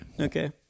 Okay